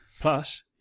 Plus